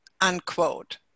Unquote